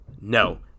no